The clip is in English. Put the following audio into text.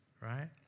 right